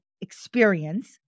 experience